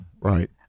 Right